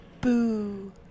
Boo